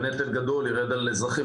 ונטל גדול ירד מהאזרחים,